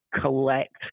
collect